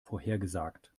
vorhergesagt